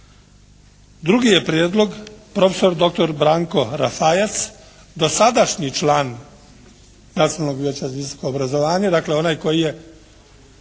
Drugi je prijedlog profesor doktor Branko Rafajac, dosadašnji član Nacionalnog vijeća za visoko obrazovanje. Dakle onaj koji je